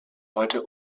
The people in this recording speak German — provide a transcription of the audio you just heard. heute